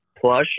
plush